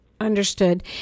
Understood